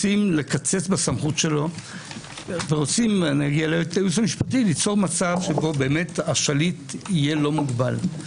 רוצים לקצץ בסמכות שלו ורוצים ליצור מצב שהשליט יהיה לא מוגבל.